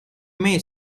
meet